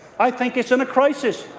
i think it's in crisis.